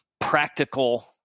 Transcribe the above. practical